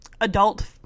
adult